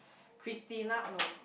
Christina no